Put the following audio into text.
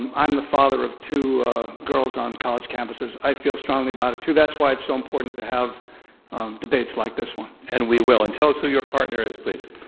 and i'm the father of two girls on college campuses. i feel strongly about it too. that's why it's so important to have debates like this one. and we will. and tell us who your partner is, please.